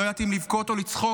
לא ידעתי אם לבכות או לצחוק,